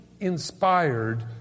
inspired